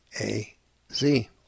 A-Z